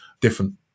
different